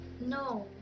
no